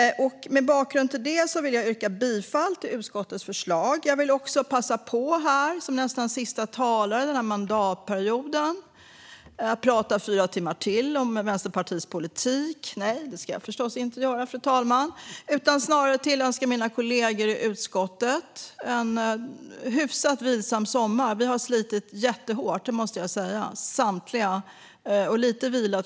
Mot denna bakgrund yrkar jag bifall till utskottets förslag. Som nästan sista talare denna mandatperiod vill jag också passa på att prata fyra timmar till om Vänsterpartiets politik. Nej, det ska jag förstås inte göra, fru talman, utan snarare önska mina kollegor i utskottet en hyfsat vilsam sommar. Vi har samtliga slitit jättehårt, och jag tror att vi behöver lite vila.